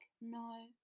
No